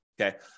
Okay